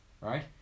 right